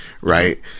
right